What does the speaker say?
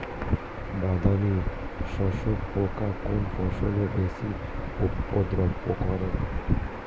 বাদামি শোষক পোকা কোন ফসলে বেশি উপদ্রব করে?